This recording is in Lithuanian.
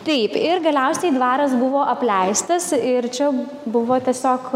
taip ir galiausiai dvaras buvo apleistas ir čia buvo tiesiog